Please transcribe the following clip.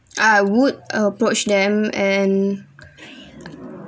I would approach them and